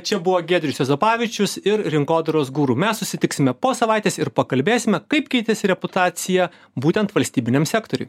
čia buvo giedrius juozapavičius ir rinkodaros guru mes susitiksime po savaitės ir pakalbėsime kaip keitėsi reputacija būtent valstybiniam sektoriui